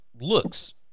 looks